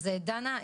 אז דנה,